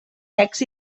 secs